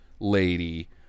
Lady